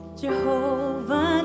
Jehovah